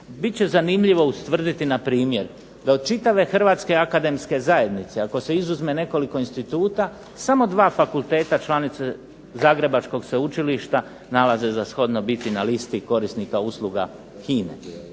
će zanimljivo ustvrditi npr. da od čitave hrvatske akademske zajednice, ako se izuzme nekoliko instituta samo 2 fakulteta članice Zagrebačkog sveučilišta nalaze za shodno biti na listi korisnika usluga HINA-e.